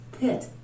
pit